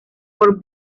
por